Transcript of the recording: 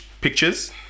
pictures